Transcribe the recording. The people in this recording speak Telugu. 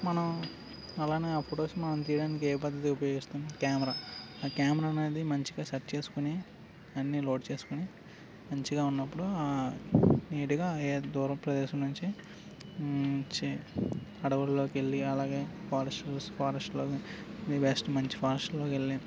మనం అలానే ఆ ఫొటోస్ మనం తీయడానికి ఏ పద్ధతి ఉపయోగిస్తాము కెమెరా ఆ కెమెరా అనేది మంచిగా సెర్చ్ చేసుకుని అన్ని లోడ్ చేసుకుని మంచిగా ఉన్నప్పుడు నీటుగా ఏ దూరం ప్రదేశం నుంచి అడవిలోకి వెళ్ళి అలాగే ఫారెస్ట్ ఫారెస్ట్లో బెస్ట్ మంచి ఫారెస్ట్లోకి వెళ్ళి